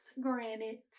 granite